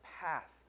path